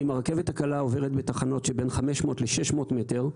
אם הרכבת הקלה עוברת בתחנות שבין 500 ל-600 מטר,